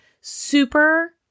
super